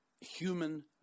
human